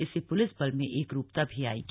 इससे प्लिस बल में एकरूपता भी आएगी